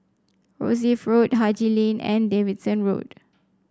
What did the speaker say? Rosyth Road Haji Lane and Davidson Road